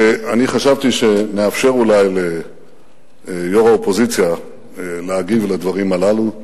אני חשבתי שנאפשר אולי ליושבת-ראש האופוזיציה להגיב על הדברים הללו,